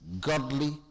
godly